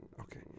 Okay